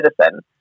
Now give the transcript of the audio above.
citizen